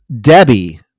Debbie